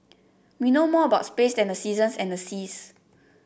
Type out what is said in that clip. we know more about space than the seasons and the seas